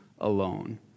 alone